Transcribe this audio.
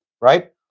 Right